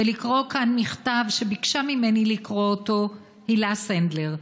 ולקרוא כאן מכתב שביקשה ממני לקרוא הילה סנדלר.